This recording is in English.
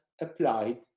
applied